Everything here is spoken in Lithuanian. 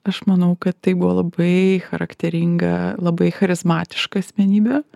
aš manau kad tai buvo labai charakteringa labai charizmatiška asmenybė